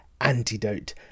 antidote